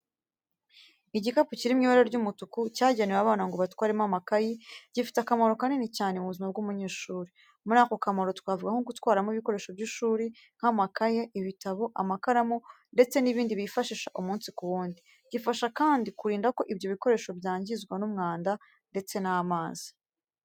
Igikapu kiri mu ibara ry'umutuku cyagenewe abana ngo batwaremo amakayi, gifite akamaro kanini cyane mu buzima bw’umunyeshuri. Muri ako kamaro twavuga nko gutwaramo ibikoresho by'ishuri nk'amakayi, ibitabo, amakaramu ndetse n'ibindi bifashisha umunsi ku wundi. Gifasha kandi kurinda ko ibyo ibikoresho byangizwa n'umwanda ndetse n'amazi.